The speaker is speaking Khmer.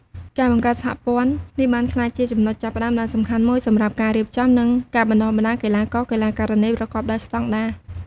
ការបង្កើតសហព័ន្ធនេះបានក្លាយជាចំណុចចាប់ផ្តើមដ៏សំខាន់មួយសម្រាប់ការរៀបចំ និងការបណ្ដុះបណ្ដាលកីឡាករ-កីឡាការិនីប្រកបដោយស្តង់ដារ។